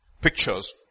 pictures